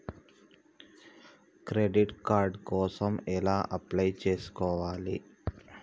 Credit card కోసం ఎలా apply చేసుకోవాలి?